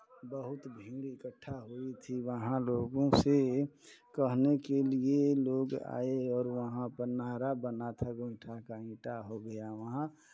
बहुत भीड़ इकट्ठा हुई थी वहाँ लोगों से कहने के लिए लोग आए और वहाँ पर नहरा बना था गोइठां का ईंटा हो गया वहाँ